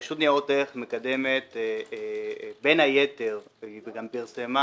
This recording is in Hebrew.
הרשות לניירות ערך מקדמת בין היתר וגם פרסמה